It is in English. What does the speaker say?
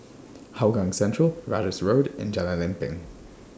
Hougang Central Ratus Road and Jalan Lempeng